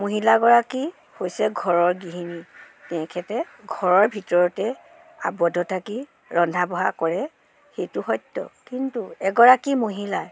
মহিলাগৰাকী হৈছে ঘৰৰ গৃহিণী তেখেতে ঘৰৰ ভিতৰতে আৱদ্ধ থাকি ৰন্ধা বঢ়া কৰে সেইটো সত্য কিন্তু এগৰাকী মহিলাই